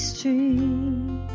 Street